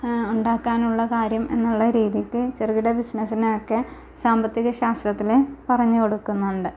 ഒണ്ടാക്കാനുള്ള കാര്യം എന്നുള്ള രീതിക്ക് ചെറുകിട ബിസിനസിനെ ഒക്കെ സാമ്പത്തിക ശാസ്ത്രത്തിൽ പറഞ്ഞു കൊടുക്കുന്നുണ്ട്